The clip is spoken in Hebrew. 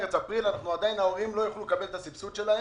מרץ-אפריל ההורים לא יוכלו לקבל סבסוד.